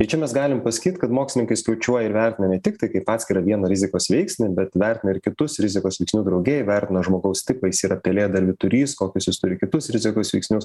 tai čia mes galim pasakyt kad mokslininkai skiaučiuoja ir vertina ne tik tai kaip atskirą vieną rizikos veiksnį bet vertina ir kitus rizikos veiksnių drauge įvertina žmogaus tipą jis yra pelėda ar vyturys kokius jis turi kitus rizikos veiksnius